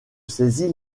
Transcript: saisis